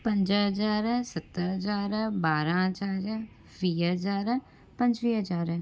पंज हज़ार सत हज़ार ॿारहं हज़ार वीह हज़ार पंजुवीह हज़ार